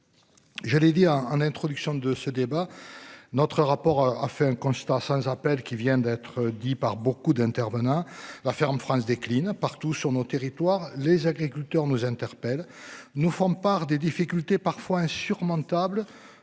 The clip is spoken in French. J'allais dire en introduction de ce débat. Notre rapport a fait un constat sans appel qui vient d'être dit par beaucoup d'intervenants. La ferme France décline partout sur nos territoires. Les agriculteurs nous interpelle nous font part des difficultés parfois insurmontables.